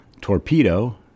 Torpedo